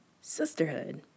sisterhood